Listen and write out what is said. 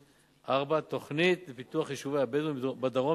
4. תוכנית לפיתוח יישובי הבדואים בדרום